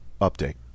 update